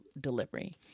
delivery